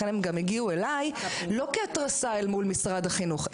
לכן הם גם הגיעו אליי לא כהתרסה אל מול משרד החינוך,